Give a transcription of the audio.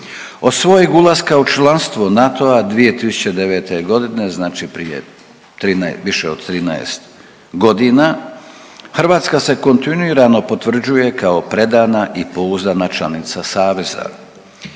Od svojeg ulaska u članstvo NATO-a 2009. godine znači prije 13, više od 13 godina, Hrvatska se kontinuirano potvrđuje kao predana i pouzdana članica saveza